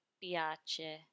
piace